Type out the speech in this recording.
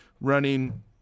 running